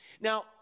Now